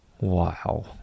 Wow